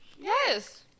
Yes